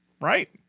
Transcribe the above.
right